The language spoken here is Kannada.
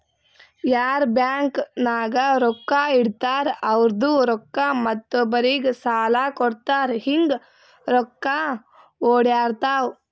ಯಾರ್ ಬ್ಯಾಂಕ್ ನಾಗ್ ರೊಕ್ಕಾ ಇಡ್ತಾರ ಅವ್ರದು ರೊಕ್ಕಾ ಮತ್ತೊಬ್ಬರಿಗ್ ಸಾಲ ಕೊಡ್ತಾರ್ ಹಿಂಗ್ ರೊಕ್ಕಾ ಒಡ್ಯಾಡ್ತಾವ